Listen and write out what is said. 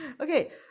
Okay